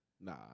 Nah